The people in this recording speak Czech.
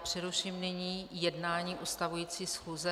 Přeruším nyní jednání ustavující schůze.